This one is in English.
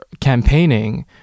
campaigning